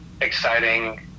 exciting